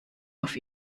auf